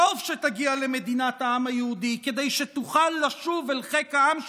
טוב שתגיע למדינת העם היהודי כדי שתוכל לשוב אל חיק העם שלנו,